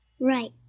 Right